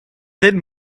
then